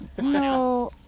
No